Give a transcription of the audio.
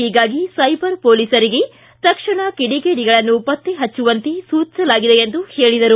ಹೀಗಾಗಿ ಸೈಬರ್ ಪೋಲೀಸರಿಗೆ ತಕ್ಷಣ ಕಿಡಿಗೇಡಿಗಳನ್ನು ಪತ್ತೆ ಹಚ್ಚುವಂತೆ ಸೂಚಿಲಾಗಿದೆ ಎಂದು ಹೇಳಿದರು